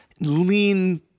lean